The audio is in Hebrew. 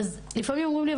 אז לפעמים אומרים לי,